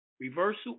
reversal